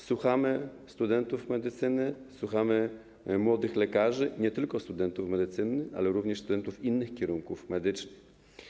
Słuchamy studentów medycyny, słuchamy młodych lekarzy, nie tylko studentów medycyny, ale również studentów innych kierunków medycznych.